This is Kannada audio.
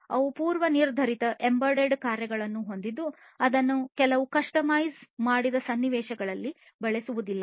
ಅವರು ಪೂರ್ವನಿರ್ಧರಿತ ಎಂಬೆಡೆಡ್ ಕಾರ್ಯಗಳನ್ನು ಹೊಂದಿದ್ದು ಅದನ್ನು ಕೆಲವು ಕಸ್ಟಮೈಸ್ ಮಾಡಿದ ಸನ್ನಿವೇಶಗಳಿಗೆ ಬಳಸಲಾಗುವುದಿಲ್ಲ